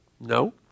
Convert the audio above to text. No